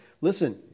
Listen